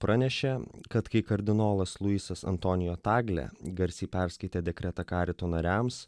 pranešė kad kai kardinolas luisas antonijo tagle garsiai perskaitė dekretą karito nariams